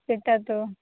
ସେଇଟା ତ